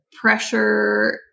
pressure